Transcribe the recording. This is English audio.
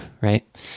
right